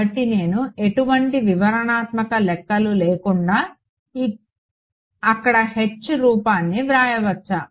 కాబట్టి నేను ఎటువంటి వివరణాత్మక లెక్కలు లేకుండా అక్కడ H రూపాన్ని వ్రాయవచ్చా